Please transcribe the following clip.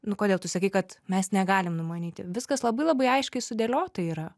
nu kodėl tu sakei kad mes negalim numanyti viskas labai labai aiškiai sudėliota yra